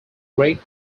great